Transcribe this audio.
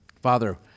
Father